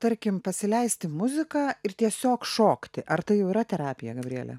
tarkim pasileisti muziką ir tiesiog šokti ar tai jau yra terapija gabriele